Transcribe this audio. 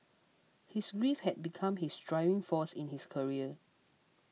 his grief had become his driving force in his career